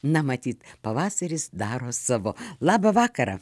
na matyt pavasaris daro savo labą vakarą